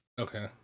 Okay